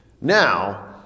Now